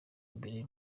imbere